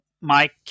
mike